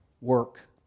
work